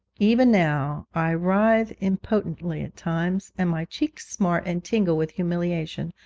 even now i writhe impotently at times, and my cheeks smart and tingle with humiliation,